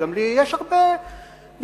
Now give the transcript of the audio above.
וגם לי, יש הרבה ביקורת.